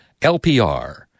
LPR